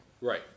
Right